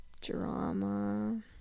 drama